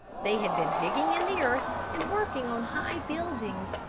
they had been digging in the earth, and working on high buildings,